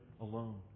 alone